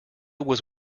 was